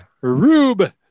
Rube